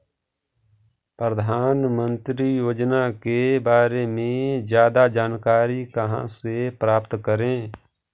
प्रधानमंत्री योजना के बारे में जादा जानकारी कहा से प्राप्त करे?